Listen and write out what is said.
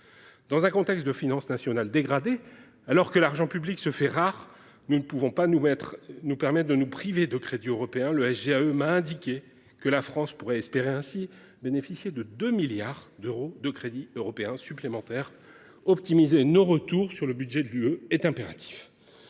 Dans un contexte de finances nationales dégradées, alors que l’argent public se fait rare, nous ne pouvons pas nous permettre de nous priver de crédits européens. Le SGAE m’a indiqué que la France pouvait espérer bénéficier de 2 milliards d’euros de crédits européens supplémentaires. Il est donc impératif d’optimiser nos retours sur le budget de l’Union